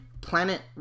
Planet